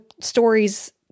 stories